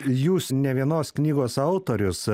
jūs ne vienos knygos autorius